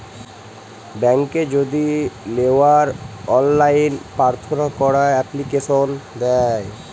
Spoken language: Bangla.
ব্যাংকে যদি লেওয়ার অললাইন পার্থনা ক্যরা এপ্লিকেশন দেয়